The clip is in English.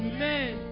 Amen